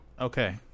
Okay